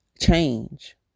change